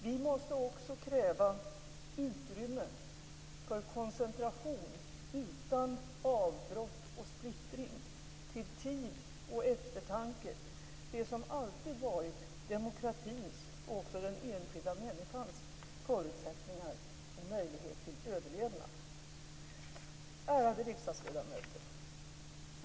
Vi måste också kräva utrymme för koncentration utan avbrott och splittring, till tid och eftertanke - det som alltid varit demokratins och också den enskilda människans förutsättningar och möjlighet till överlevnad. Ärade riksdagsledamöter!